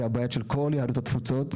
היא הבית של כל יהדות התפוצות,